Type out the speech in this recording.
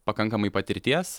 pakankamai patirties